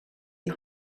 and